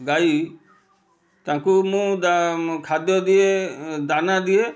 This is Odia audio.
ଗାଈ ତାଙ୍କୁ ମୁଁ ଦା ଖାଦ୍ୟ ଦିଏ ଦାନା ଦିଏ